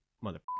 Mother